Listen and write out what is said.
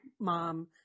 mom